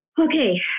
Okay